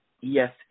yes